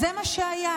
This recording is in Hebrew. זה מה שהיה,